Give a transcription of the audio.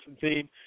team